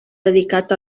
dedicat